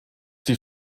die